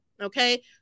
okay